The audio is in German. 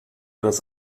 das